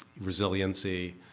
resiliency